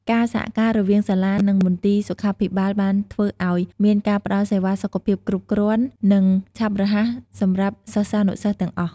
ការសហការរវាងសាលា និងមន្ទីរសុខាភិបាលបានធ្វើឲ្យមានការផ្តល់សេវាសុខភាពគ្រប់គ្រាន់ និងឆាប់រហ័សសម្រាប់សិស្សានុសិស្សទាំងអស់។